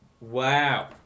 Wow